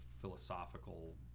philosophical